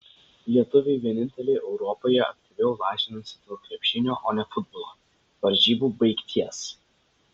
lietuviai vieninteliai europoje aktyviau lažinasi dėl krepšinio o ne futbolo varžybų baigties